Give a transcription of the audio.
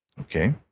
Okay